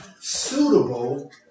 suitable